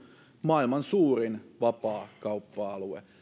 maailman suurin vapaakauppa alue